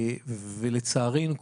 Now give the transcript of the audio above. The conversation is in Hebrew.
ולצערנו,